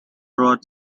rod